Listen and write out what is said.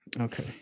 Okay